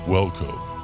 Welcome